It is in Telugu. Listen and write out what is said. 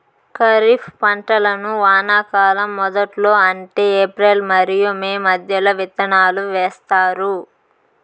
ఖరీఫ్ పంటలను వానాకాలం మొదట్లో అంటే ఏప్రిల్ మరియు మే మధ్యలో విత్తనాలు వేస్తారు